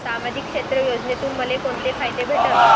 सामाजिक क्षेत्र योजनेतून मले कोंते फायदे भेटन?